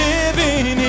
Living